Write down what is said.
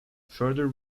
further